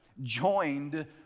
joined